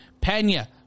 Pena